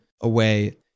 away